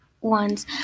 ones